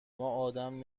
ادم